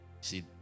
See